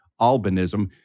albinism